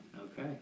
Okay